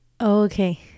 okay